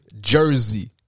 jersey